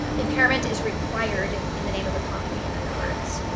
ah impairment is required in the name of economy, in other words.